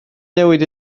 newid